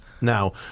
Now